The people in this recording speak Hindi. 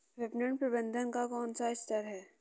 विपणन प्रबंधन का कौन सा स्तर है?